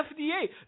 FDA